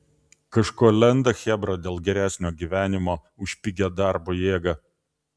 kažko lenda chebra dėl geresnio gyvenimo už pigią darbo jėgą